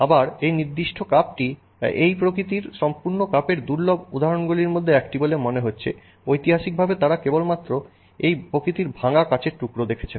আবার এই নির্দিষ্ট কাপটি এই প্রকৃতির সম্পূর্ণ কাপের দুর্লভ উদাহরণগুলির মধ্যে একটি বলে মনে হচ্ছে ঐতিহাসিকভাবে তারা কেবলমাত্র এই প্রকৃতির ভাঙা কাচের টুকরা দেখেছেন